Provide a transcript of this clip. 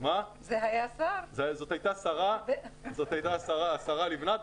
זאת הייתה השרה לבנת.